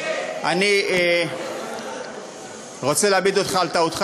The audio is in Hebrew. אני רוצה להעמיד אותך על טעותך,